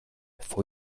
for